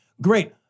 great